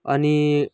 अनि